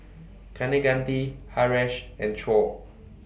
Kaneganti Haresh and Choor